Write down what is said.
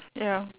ya